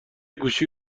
گوشی